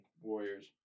warriors